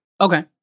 Okay